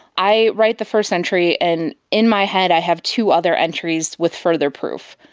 i write the first entry, and in my head i have two other entries with further proof.